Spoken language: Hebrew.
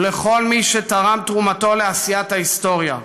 ולכל מי שתרם לעשיית ההיסטוריה,